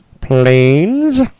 planes